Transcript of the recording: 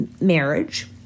marriage